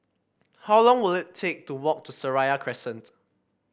how long will it take to walk to Seraya Crescent